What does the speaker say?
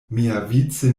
miavice